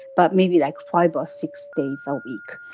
but maybe like five or six days a week.